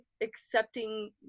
accepting